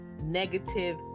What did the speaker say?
negative